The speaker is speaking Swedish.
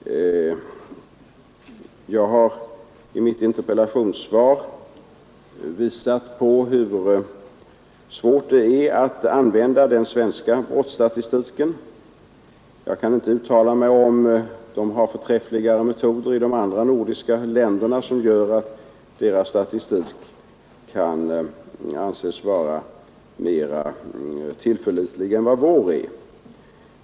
Jag har i mitt interpellationssvar visat på hur svårt det är att använda den svenska brottsstatistiken. Jag kan inte uttala mig om huruvida förträffligare metoder tillämpas i de andra nordiska länderna som gör att deras statistik kan anses mera tillförlitlig än vår.